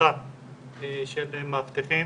אבטחה של מאבטחים,